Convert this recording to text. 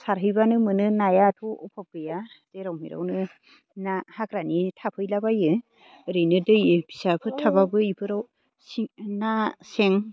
सारहैबानो मोनो नायाथ' अभाब गैया जेराव मेरावनो ना हाग्रानि थाफैलाबायो ओरैनो दैसाफोर थाबाबो बेफोराव ना सें